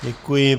Děkuji.